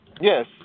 Yes